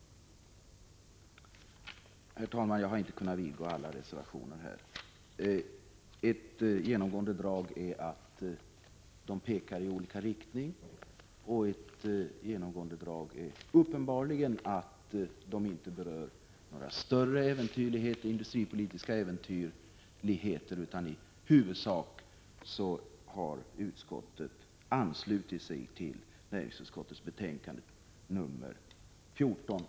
Herr talman! Jag har inte kunnat kommentera alla reservationer, men jag vill säga att ett genomgående drag är att de pekar i olika riktningar, och ett annat är att de inte tar upp större industripolitiska äventyrligheter. Utskottet har i huvudsak ställt sig bakom betänkandet nr 14.